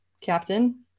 captain